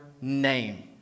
name